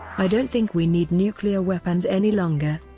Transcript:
i don't think we need nuclear weapons any longer.